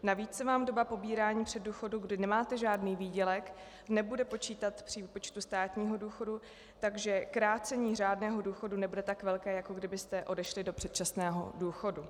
Navíc se vám doba pobírání předdůchodu, kdy nemáte žádný výdělek, nebude počítat při výpočtu státního důchodu, takže krácení řádného důchodu nebude tak velké, jako kdybyste odešli do předčasného důchodu.